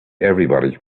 everybody